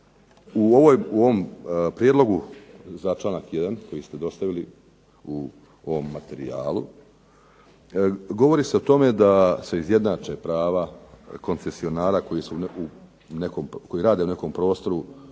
u ovom prijedlogu za članak 1., koji ste dostavili u ovom materijalu, govori se o tome da se izjednače prava koncesionara koji rade u nekom prostoru